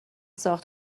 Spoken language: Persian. ساخت